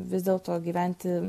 vis dėlto gyventi